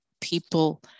people